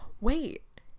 Wait